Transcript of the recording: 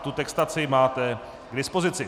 Tu textaci máte k dispozici.